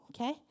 okay